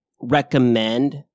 recommend